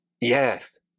Yes